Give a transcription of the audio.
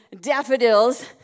daffodils